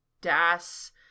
Das